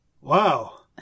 Wow